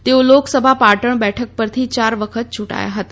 તેઓ લોકસભા પાટણ બેઠક પરથી ચાર વખત ચૂંટાયા હતા